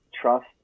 trust